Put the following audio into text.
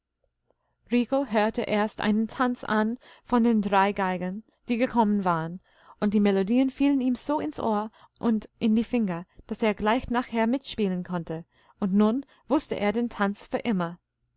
rico hörte erst einen tanz an von den drei geigern die gekommen waren und die melodien fielen ihm so ins ohr und in die finger daß er gleich nachher mitspielen konnte und nun wußte er den tanz für immer